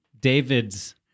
David's